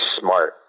smart